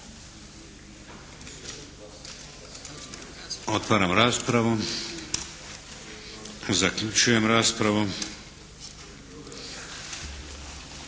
Otvaram raspravu. Zaključujem raspravu.